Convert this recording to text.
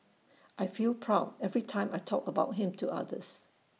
I feel proud every time I talk about him to others